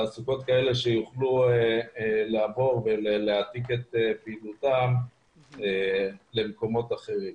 תעסוקה כזאת כדי שיוכלו לעבור ולהעתיק את פעילותם למקומות אחרים.